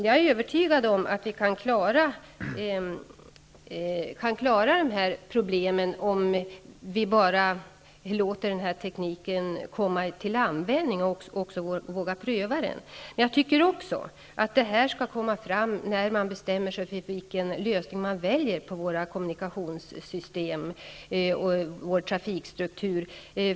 Jag är övertygad om att vi kan klara problemen om vi bara låter tekniken komma till användning och vågar pröva den. Jag tycker också att detta skall komma fram när man bestämmer sig för vilken lösning som skall väljas för våra kommunikationssystem och vår trafikstruktur.